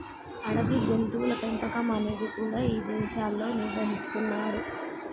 అడవి జంతువుల పెంపకం అనేది కూడా ఇదేశాల్లో నిర్వహిస్తున్నరు